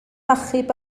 achub